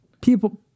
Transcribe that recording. people